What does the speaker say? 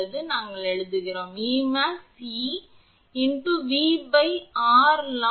எனவே நாங்கள் எழுதுகிறோம் 𝐸𝑚𝑎𝑥 𝐸𝑟 𝑉 𝑟 lnr𝑅 இது சமன்பாடு 9